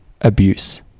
abuse